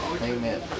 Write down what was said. amen